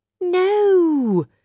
No